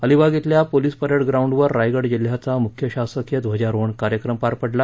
अलिबाग इथल्या police parade ग्राऊंडवर रायगड जिल्ह्याचा मुख्य शासकीय ध्वजारोहण कार्यक्रम पार पडला